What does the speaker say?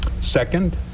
Second